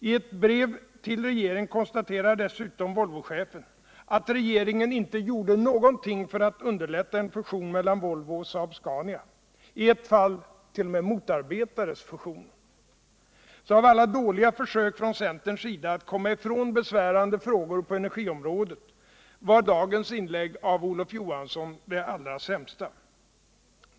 I ett brev till regeringen konstaterar Volvochefen dessutom att regeringen inte gjorde någonting för att underlätta en fusion mellan Volvo och Saab Scania. I ett fall t.o.m. motarbetades fusionen. Av alla dåliga försök från centerns sida att komma ifrån besvärande frågor på energiområdet var dagens inlägg av Olof Johansson det atlra sämsta.